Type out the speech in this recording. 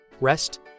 rest